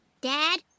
Dad